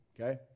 okay